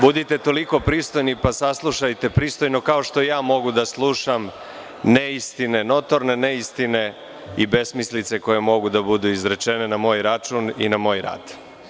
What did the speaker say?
Budite toliko pristojni pa saslušajte pristojno kao što ja mogu da slušam neistine, notorne neistine i besmislice koje mogu da budu izrečene na moj račun i na moj rad.